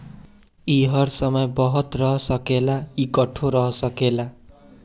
ई हर समय बहत रह सकेला, इकट्ठो रह सकेला